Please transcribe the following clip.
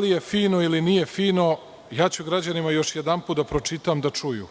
li je fino ili nije fino, građanima ću još jedanput da pročitam, da čuju.